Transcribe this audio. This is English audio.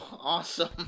Awesome